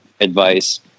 advice